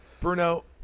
Bruno